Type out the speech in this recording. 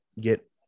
get